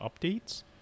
updates